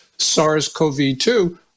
SARS-CoV-2